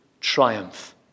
Triumph